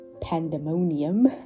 pandemonium